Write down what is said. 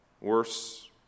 worse